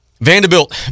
Vanderbilt